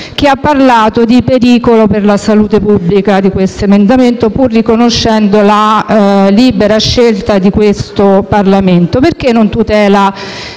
che ha parlato di pericolo per la salute pubblica legato a questo emendamento, pur riconoscendo la libera scelta di questo Parlamento. Esso infatti non tutela